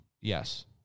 Yes